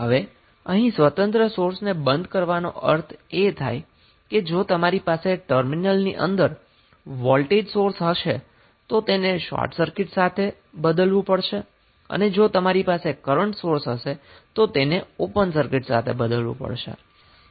હવે અહીં સ્વતંત્ર સોર્સને બંધ કરવાનો અર્થ એ થાય છે કે જો તમારી પાસે ટર્મિનલની અંદર વોલ્ટેજ સોર્સ હશે તો તેને શોર્ટ સર્કિટ સાથે તેને બદલવું પડશે અને જો તમારી પાસે કરન્ટ સોર્સ હશે તો તેને ઓપન સર્કિટ સાથે બદલવું પડશે